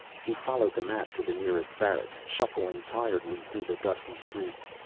he followed the map to the nearest barracks, shuffling tiredly through the dusty streets.